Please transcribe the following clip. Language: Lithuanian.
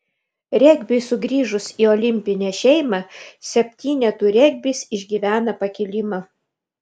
regbiui sugrįžus į olimpinę šeimą septynetų regbis išgyvena pakilimą